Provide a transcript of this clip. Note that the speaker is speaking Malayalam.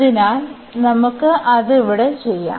അതിനാൽ നമുക്ക് അത് ഇവിടെ ചെയ്യാം